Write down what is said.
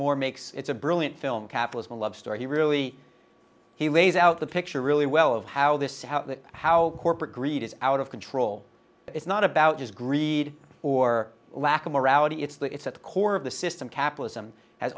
moore makes it's a brilliant film capitalism a love story he really he lays out the picture really well of how this how that how corporate greed is out of control it's not about his greed or lack of morality it's that it's at the core of the system capitalism has